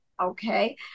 okay